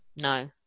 no